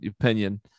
opinion